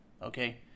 Okay